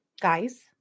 guys